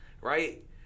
right